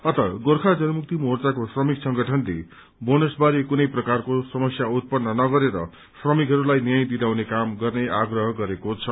अतः गोर्खा जनमुक्ति मोर्चाको श्रमिक संगठनले बोनस बारे कुनै प्रकारको समस्या उत्पन्न नगरेर श्रमिकहरूलाई न्याय दिलाउने काम गर्ने आग्रह गरेको छ